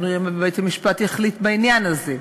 בית-המשפט יחליט בעניין הזה.